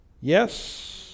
yes